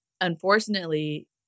unfortunately